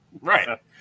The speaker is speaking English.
Right